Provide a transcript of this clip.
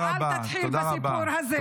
-- ואל תתחיל בסיפור הזה.